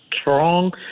strong